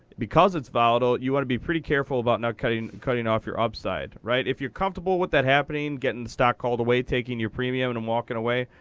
because it's volatile, you want to be pretty careful about not cutting cutting off your upside. if you're comfortable with that happening, getting the stock called away, taking your premium and walking away,